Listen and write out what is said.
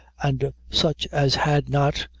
and such as had not,